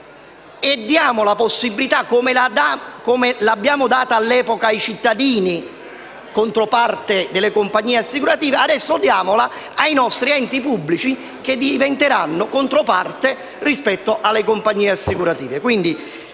e dando tale possibilità - come l'abbiamo data allora ai cittadini, controparti delle compagnie assicurative - ai nostri enti pubblici, che diventeranno controparte rispetto alle compagnie assicurative.